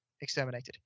exterminated